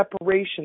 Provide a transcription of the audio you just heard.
separation